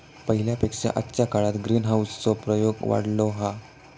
पहिल्या पेक्षा आजच्या काळात ग्रीनहाऊस चो प्रयोग वाढलो हा